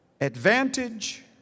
advantage